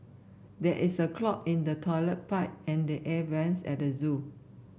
there is a clog in the toilet pipe and the air vents at the zoo